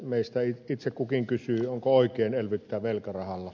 meistä itse kukin kysyy onko oikein elvyttää velkarahalla